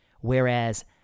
whereas